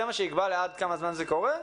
זה מה שיקבע לכמה זמן זה קורה.